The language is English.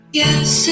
yes